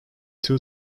two